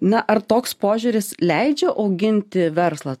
na ar toks požiūris leidžia auginti verslą